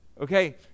Okay